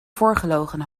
voorgelogen